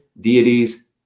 deities